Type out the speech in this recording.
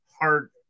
heart